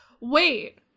Wait